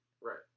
Right